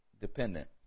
dependent